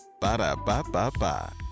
Ba-da-ba-ba-ba